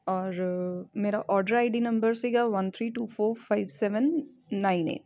ਔਰ ਮੇਰਾ order ID ਡੀ ਨੰਬਰ ਸੀਗਾ one three two four five seven nine eight